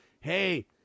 hey